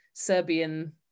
Serbian